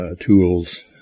tools